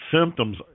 Symptoms